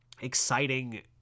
exciting